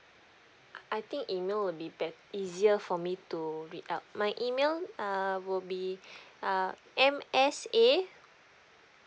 I think email would be bet~ easier for me to read out my email err would be err m s a